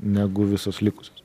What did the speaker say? negu visos likusios